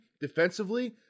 defensively